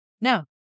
no